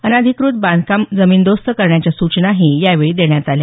अनधिकृत बांधकामं जमीनदोस्त करण्याच्या सूचना यावेळी देण्यात आल्या